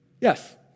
Yes